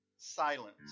Silence